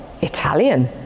Italian